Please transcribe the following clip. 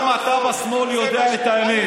גם אתה בשמאל יודע את האמת.